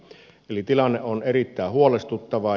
eli tilanne on erittäin huolestuttava